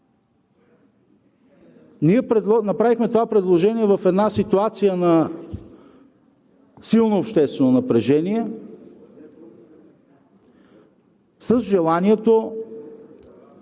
Направихме това предложение в една ситуация на силно обществено напрежение, с желанието